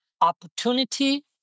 opportunity